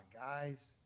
guys